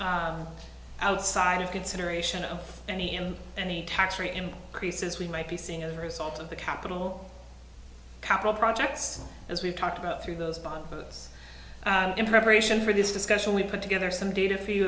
belts outside of consideration of any in any tax rate in creases we might be seeing a result of the capital capital projects as we've talked about through those bond goods in preparation for this discussion we put together some data for you